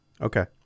Okay